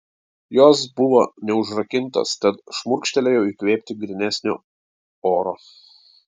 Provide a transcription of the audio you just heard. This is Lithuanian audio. jos buvo neužrakintos tad šmurkštelėjau įkvėpti grynesnio oro